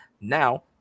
now